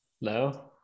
No